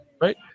Right